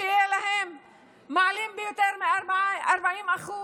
מעלים ביותר מ-40%.